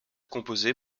composée